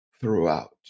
throughout